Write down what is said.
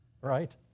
Right